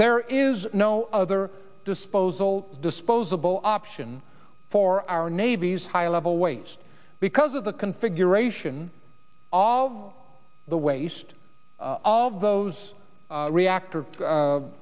there is no other disposal disposable option for our navy's high level waste because of the configuration all the waste all of those reactor